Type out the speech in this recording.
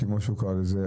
כמו שהוא קרא לזה,